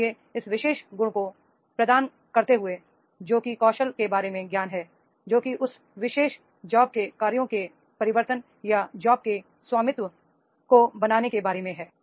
इसलिए इस विशेष गुण को प्रदान करते हुए जो कि कौशल के बारे में ज्ञान है जो कि उस विशेष जॉब के कार्यों के परिवर्तन या जॉब के स्वामित्व को बनाने के बारे में है